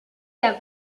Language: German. der